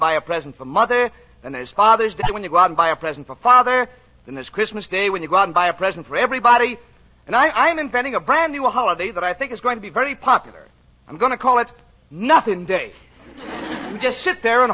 mother and there's father's day when you go out and buy a present for father in this christmas day when you go out and buy a present for everybody and i am inventing a brand new holiday that i think is going to be very popular i'm going to call it nothing day just sit there and hold on to your